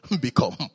become